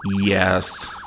Yes